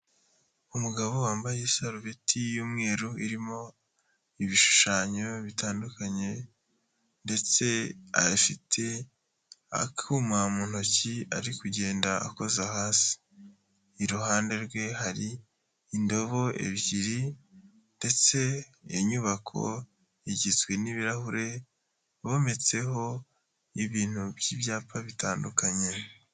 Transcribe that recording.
Umugabo wambaye isarubeti y'umweru irimo ibishushanyo bitandukanye ndetse afite akuma mu ntoki ari kugenda akoza hasi, iruhande rwe hari indobo ebyiri ndetse iyo nyubako igizwe n'ibirahure, bometseho ibintu by'ibyapa bitandukanye.